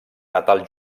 natal